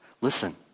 Listen